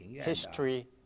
history